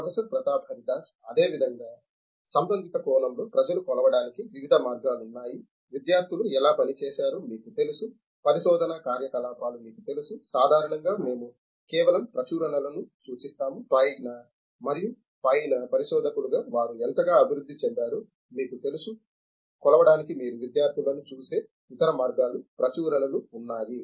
professor Pratap Haridas అదేవిధంగా సంబంధిత కోణంలో ప్రజలు కొలవడానికి వివిధ మార్గాలు ఉన్నాయి విద్యార్థులు ఎలా పని చేశారో మీకు తెలుసు పరిశోధనా కార్యకలాపాలు మీకు తెలుసు సాధారణంగా మేము కేవలం ప్రచురణలను సూచిస్తాము పైన మరియు పైన పరిశోధకులుగా వారు ఎంతగా అభివృద్ధి చెందారో మీకు తెలుసు కొలవడానికి మీరు విద్యార్థులను చూసే ఇతర మార్గాలు ప్రచురణలు ఉన్నాయి